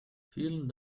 vielen